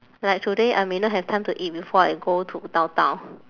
like today I may not have time to eat before I go to downtown